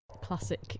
classic